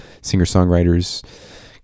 singer-songwriters